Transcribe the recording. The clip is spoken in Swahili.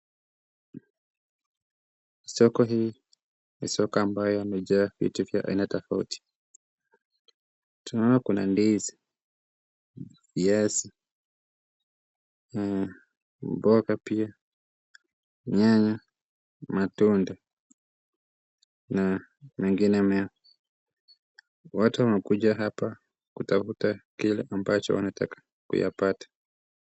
Soko hii ni soko ambayo imejaa vitu vya aina tofauti. Tunaona kuna ndizi, viazi, mboga pia, nyanya, matunda na mengine mengi. Watu wamekuja hapa kutafuta kile ambacho wanataka kuyapata.